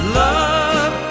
love